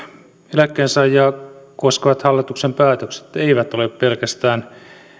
eläkkeensaajia koskevat hallituksen päätökset eivät ole pelkästään